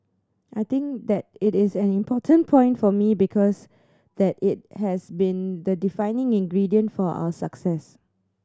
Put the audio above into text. I think that it is an important point for me because that it has been the defining ingredient for our success